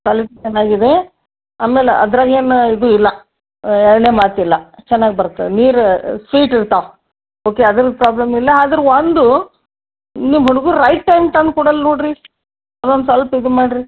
quality ಚೆನ್ನಾಗಿದೆ ಆಮೇಲೆ ಅದ್ರಾಗೇನು ಇದು ಇಲ್ಲ ಎರಡ್ನೇ ಮಾತಿಲ್ಲ ಚೆನ್ನಾಗಿ ಬರ್ತದೆ ನೀರು ಸ್ವೀಟ್ ಇರ್ತಾವೆ ಓಕೆ ಅದ್ರ ಪ್ರಾಬ್ಲಮ್ ಇಲ್ಲ ಆದ್ರೆ ಒಂದು ನಿಮ್ಮ ಹುಡುಗ್ರು ರೈಟ್ ಟೈಮ್ ತಂದು ಕೊಡಲ್ಲ ನೋಡಿರಿ ಅದೊಂದು ಸ್ವಲ್ಪ್ ಇದು ಮಾಡಿರಿ